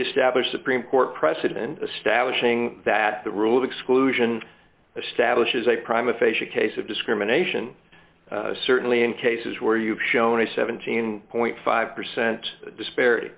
established supreme court precedent establishing that the rule of exclusion establishes a prime aphasia case of discrimination certainly in cases where you've shown a seventeen point five percent dispar